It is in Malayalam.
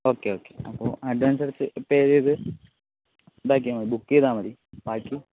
ഒക്കെ ഓക്കെ അപ്പോൾ അഡ്വാൻസ് അടച്ച് പേ ചെയ്ത് ഇതാക്കിയാൽ മതി ബുക്ക് ചെയ്താൽ മതി